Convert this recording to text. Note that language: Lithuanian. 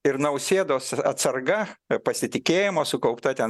ir nausėdos atsarga pasitikėjimo sukaupta ten